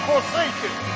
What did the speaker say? Forsaken